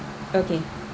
okay